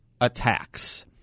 attacks